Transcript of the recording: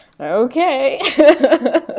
okay